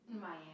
Miami